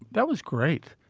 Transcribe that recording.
that was great.